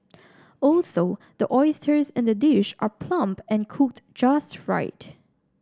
also the oysters in the dish are plump and cooked just right